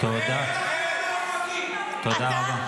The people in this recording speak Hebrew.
תודה, תודה, תודה.